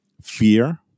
Fear